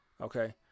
Okay